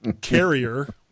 carrier